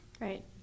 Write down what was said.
right